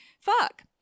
fuck